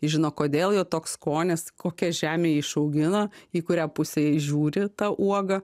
žino kodėl jo toks skonis kokia žemė išaugino į kurią pusę jis žiūri ta uoga